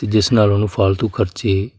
ਅਤੇ ਜਿਸ ਨਾਲ ਉਹਨੂੰ ਫਾਲਤੂ ਖਰਚੇ